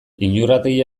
iñurrategi